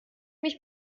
mich